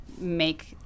make